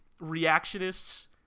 reactionists